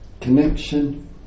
connection